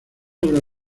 obra